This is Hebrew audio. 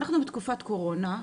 אנחנו בתקופת קורונה,